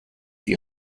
die